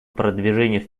продвижению